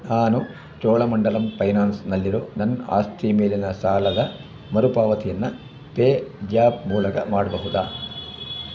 ನಾನು ಚೋಳ ಮಂಡಲಮ್ ಫೈನಾನ್ಸ್ನಲ್ಲಿರೋ ನನ್ನ ಆಸ್ತಿ ಮೇಲಿನ ಸಾಲದ ಮರುಪಾವತಿಯನ್ನು ಪೇ ಜ್ಯಾಪ್ ಮೂಲಕ ಮಾಡಬಹುದ